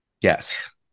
Yes